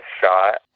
shot